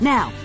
Now